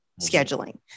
scheduling